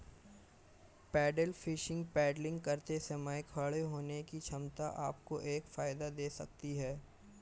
pedal fishing paddling करते समय खड़े होने की क्षमता आपको एक फायदा दे सकती है